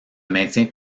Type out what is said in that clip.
maintient